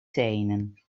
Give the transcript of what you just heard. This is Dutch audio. tenen